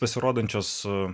pasirodančios e